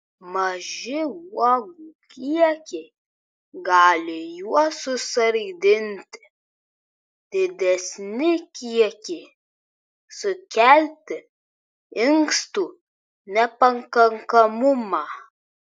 maži uogų kiekiai gali juos susargdinti didesni kiekiai sukelti inkstų nepakankamumą